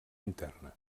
interna